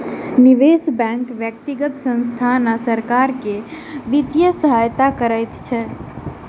निवेश बैंक व्यक्तिगत संसथान आ सरकार के वित्तीय सहायता करैत अछि